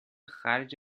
خرج